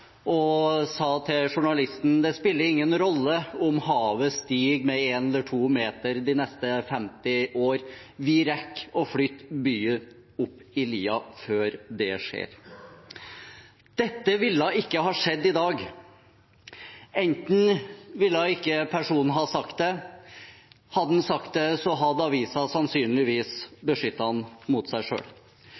og sa til journalisten at det spilte ingen rolle om havet steg med én eller to meter de neste 50 årene – vi ville rekke å flytte byen opp i lia før det skjedde. Dette ville ikke ha skjedd i dag. Personen hadde enten ikke sagt det, eller avisen hadde sannsynligvis beskyttet ham mot ham selv om han hadde